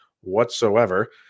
whatsoever